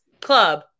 Club